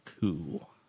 cool